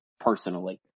personally